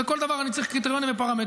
ולכל דבר אני צריך קריטריונים ופרמטרים.